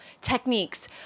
techniques